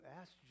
ask